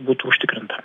būtų užtikrinta